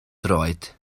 droed